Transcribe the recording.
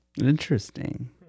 Interesting